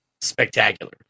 spectacular